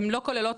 מה הסיבה?